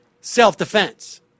self-defense